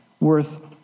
worth